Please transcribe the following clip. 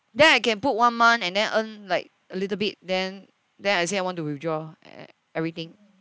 then I can put one month and then earn like a little bit then then I say I want to withdraw e~ everything